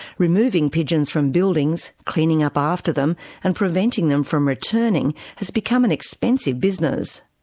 removing pigeons from buildings, cleaning up after them, and preventing them from returning has become an expensive business.